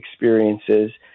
experiences